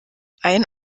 ein